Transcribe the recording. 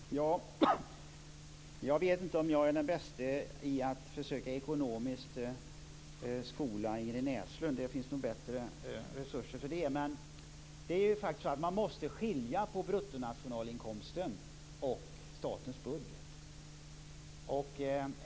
Fru talman! Jag vet inte om jag är den bäste att försöka skola Ingrid Näslund ekonomiskt - det finns nog bättre resurser för det. Men man måste skilja på bruttonationalinkomsten och statens budget.